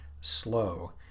slow